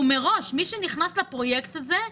מי שנכנס לפרויקט הזה,